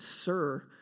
sir